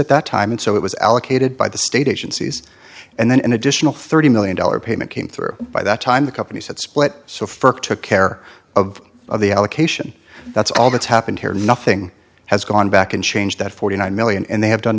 at that time and so it was allocated by the state agencies and then an additional thirty million dollars payment came through by that time the companies that split so first took care of the allocation that's all that's happened here nothing has gone back and change that forty nine million and they have done